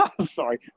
sorry